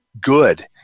good